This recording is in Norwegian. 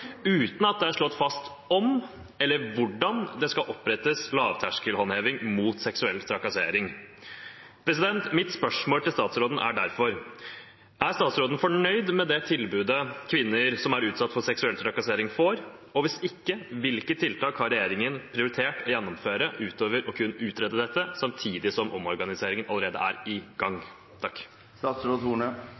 uten at det er slått fast om, eller hvordan, det skal opprettes lavterskelhåndheving mot seksuell trakassering. Mitt spørsmål til statsråden er derfor: Er statsråden fornøyd med det tilbudet kvinner som er utsatt for seksuell trakassering, får? Og hvis ikke: Hvilke tiltak har regjeringen prioritert å gjennomføre ut over kun å utrede dette, samtidig som omorganiseringen allerede er i gang?